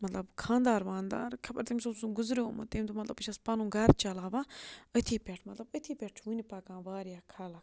مَطلَب خانٛدار وانٛدار خَبَر تٔمِس اوس سُہ گُزریومُت تٔمۍ دوٚپ مطلب بہٕ چھَس پَنُن گَرٕ چَلاوان أتھی پٮ۪ٹھ مطلب أتھی پٮ۪ٹھ چھُ ونہِ پَکان واریاہ خلق